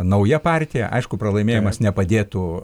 nauja partija aišku pralaimėjimas nepadėtų